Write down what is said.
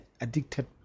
addicted